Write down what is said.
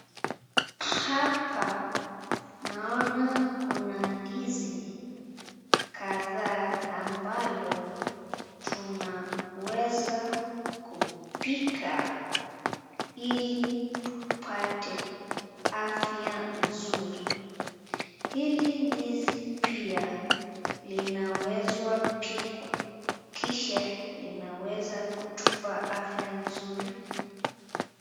Hapa naona kuna ndizi kadhaa ambalo tunaweza kupika ili tupate afya nzuri. hili ndizi pia linawezwa pikwa, kisha linaweza kutupa afya nzuri.